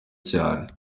cyane